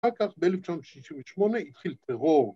‫אחר כך ב-1968 התחיל טרור.